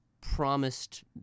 promised